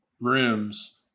rooms